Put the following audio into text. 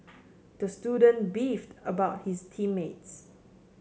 the student beefed about his team mates